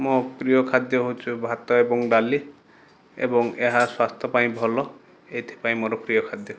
ମୋ ପ୍ରିୟ ଖାଦ୍ୟ ହଉଛି ଭାତ ଏବଂ ଡାଲି ଏବଂ ଏହା ସ୍ୱାସ୍ଥ୍ୟ ପାଇଁ ଭଲ ଏଇଥିପାଇଁ ମୋର ପ୍ରିୟ ଖାଦ୍ୟ